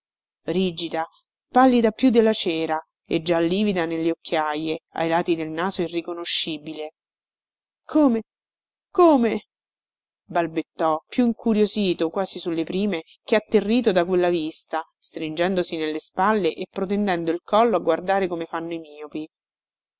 rigida pallida più della cera e già livida nelle occhiaje ai lati del naso irriconoscibile come come balbettò più incuriosito quasi sulle prime che atterrito da quella vista stringendosi nelle spalle e protendendo il collo a guardare come fanno i miopi